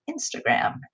Instagram